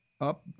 up